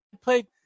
played